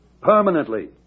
Permanently